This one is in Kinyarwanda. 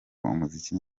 umuziki